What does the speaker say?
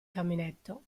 caminetto